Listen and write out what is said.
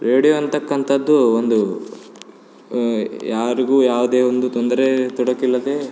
radio ಅಂತಕ್ಕಂಥದ್ದು ಒಂದು ಯಾರಿಗೂ ಯಾವುದೇ ಒಂದು ತೊಂದರೆ ತೊಡಕಿಲ್ಲದೆ